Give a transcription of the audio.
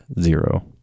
zero